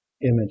image